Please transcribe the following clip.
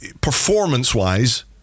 performance-wise